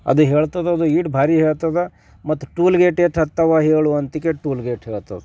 ಅದು ಹೇಳ್ತದೆದು ಇಷ್ಟು ಭಾರಿ ಹೇಳ್ತದೆ ಮತ್ತು ಟೂಲ್ ಗೇಟ್ ಎಷ್ಟು ಹತ್ತವ ಹೇಳು ಅಂತಿಕೆ ಟೂಲ್ ಗೇಟ್ ಹೇಳ್ತದೆ